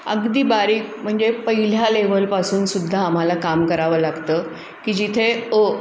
अगदी बारीक म्हणजे पहिल्या लेव्हलपासूनसुद्धा आम्हाला काम करावं लागतं की जिथे अ